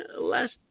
last